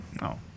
No